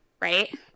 Right